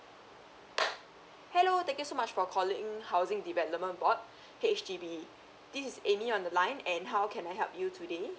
hello thank you so much for calling housing development board H_D_B this is amy on the line and how can I help you today